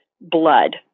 blood